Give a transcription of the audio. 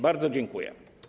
Bardzo dziękuję.